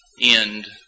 end